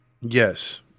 Yes